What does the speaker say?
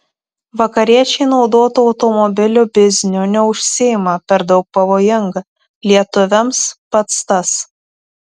vakariečiai naudotų automobilių bizniu neužsiima per daug pavojinga lietuviams pats tas